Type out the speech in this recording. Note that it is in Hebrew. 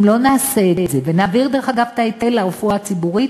אם לא נעשה את זה ונעביר דרך אגב את ההיטל לרפואה הציבורית,